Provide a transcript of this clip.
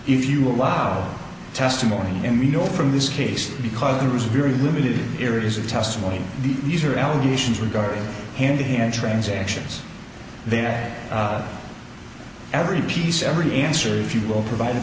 if you allow testimony in we know from this case because there is very limited areas of testimony these are allegations regarding hand in hand transactions then every piece every answer if you will provided